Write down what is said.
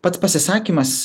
pats pasisakymas